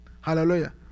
Hallelujah